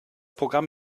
programm